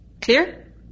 Clear